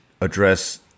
address